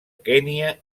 kenya